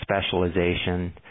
specialization